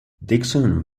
dixon